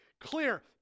Clear